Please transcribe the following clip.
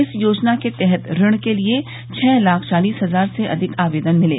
इस योजना के तहत ऋण के लिए छह लाख चालिस हजार से अधिक आवेदन मिले